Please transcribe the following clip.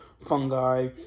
Fungi